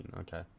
okay